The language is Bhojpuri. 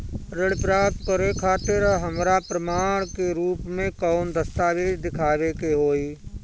ऋण प्राप्त करे खातिर हमरा प्रमाण के रूप में कौन दस्तावेज़ दिखावे के होई?